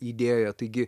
idėją taigi